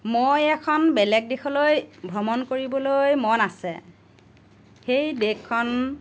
মই এখন বেলেগ দেশলৈ ভ্ৰমণ কৰিবলৈ মন আছে সেই দেশখন